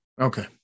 Okay